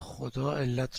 خداعلت